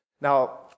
Now